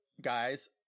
guys